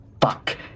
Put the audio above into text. Fuck